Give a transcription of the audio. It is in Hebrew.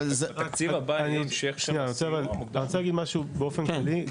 אני רוצה להגיד משהו באופן כללי,